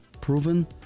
proven